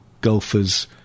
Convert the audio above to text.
golfers